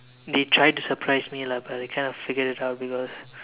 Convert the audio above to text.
they tried to surprise me lah but I kind of figured it out because